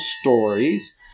stories